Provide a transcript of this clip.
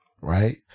right